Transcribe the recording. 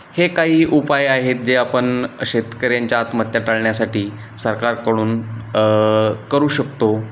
हे काही उपाय आहेत जे आपण शेतकऱ्यांच्या आत्महत्या टाळण्यासाठी सरकारकडून करू शकतो